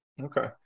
Okay